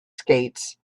skates